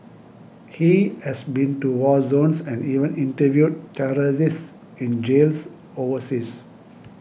he has been to war zones and even interviewed terrorists in jails overseas